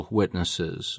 witnesses